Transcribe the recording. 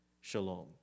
shalom